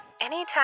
Anytime